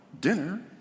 dinner